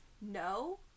No